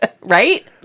Right